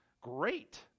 Great